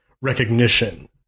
recognition